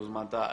הוזמנת.